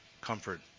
comfort